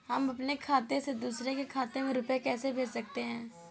हम अपने खाते से दूसरे के खाते में रुपये कैसे भेज सकते हैं?